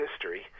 history